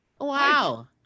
Wow